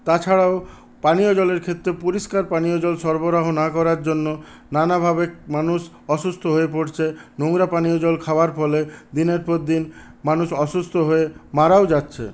তাছাড়াও পানীয় জলের ক্ষেত্রে পরিষ্কার পানীয় জল সরবরাহ না করার জন্য নানাভাবে মানুষ অসুস্থ হয়ে পড়ছে নোংরা পানীয় জল খাওয়ার ফলে দিনের পর দিন মানুষ অসুস্থ হয়ে মারাও যাচ্ছে